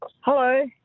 Hello